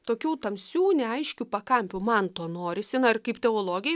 tokių tamsių neaiškių pakampių man to norisi na ir kaip teologei